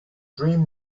dream